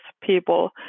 people